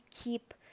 keep